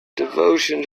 devotion